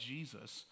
Jesus